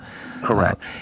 correct